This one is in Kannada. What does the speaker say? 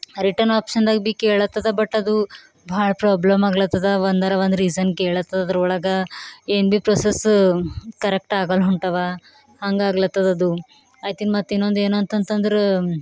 ರಿಟನ್ ಆಪ್ಷನ್ದಾಗ ಭೀ ಕೇಳತ್ತದು ಬಟ್ ಅದು ಭಾಳ ಪ್ರಾಬ್ಲಮ್ ಆಗ್ಲತ್ತದ ಒಂದರ ಒಂದು ರೀಸನ್ ಕೇಳತ್ತೆ ಅದ್ರೊಳಗೆ ಏನು ಭೀ ಪ್ರೊಸೆಸ್ ಕರೆಕ್ಟ್ ಆಗಲ್ಲ ಹೊಂಟವ ಹಂಗಾಗ್ಲತದ ಅದು ಐತಿನ್ನು ಮತ್ತೆ ಇನ್ನೊಂದು ಏನು ಅಂತಂತಂದ್ರೆ